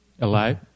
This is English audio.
alive